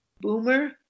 Boomer